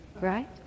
right